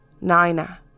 Nina